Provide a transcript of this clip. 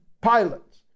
pilots